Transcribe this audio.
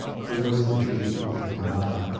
caused the death of her mother,